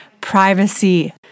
privacy